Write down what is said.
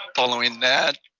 following that